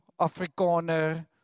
Afrikaner